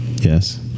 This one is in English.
Yes